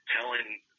telling